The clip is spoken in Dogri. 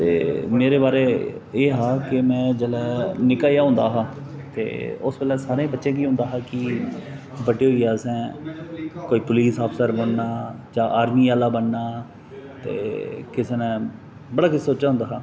ते मेरे बारै एह् ह् जेल्लै में निक्का जेहा होंदा हा उस बैल्लै सारे बच्चे ई होंदा हा कि बड्डे होइयै असें पुलीस अफ्सर बनना जां आर्मी आह्ला बनना ते किसे ने बड़ा किश सोचे दा होंदा हा